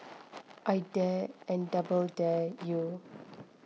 I dare and double dare you